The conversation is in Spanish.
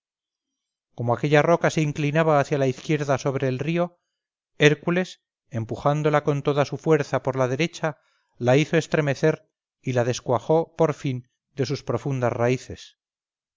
como aquella roca se inclinaba hacia la izquierda sobre el río hércules empujándola con toda su fuerza por la derecha la hizo estremecer y la descuajó por fin de sus profundas raíces